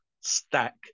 stack